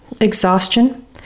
exhaustion